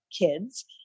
kids